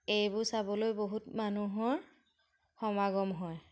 এইবোৰ চাবলৈ বহুত মানুহৰ সমাগম হয়